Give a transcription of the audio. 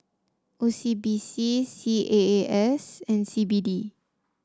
O CB C C A A S and C B D